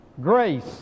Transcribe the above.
grace